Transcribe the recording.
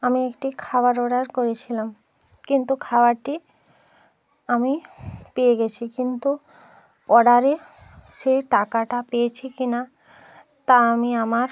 আমি একটি খাবার অর্ডার করেছিলাম কিন্তু খাবারটি আমি পেয়ে গেছি কিন্তু অর্ডারে সে টাকাটা পেয়েছি কি না তা আমি আমার